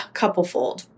Couplefold